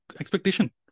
expectation